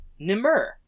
Nimur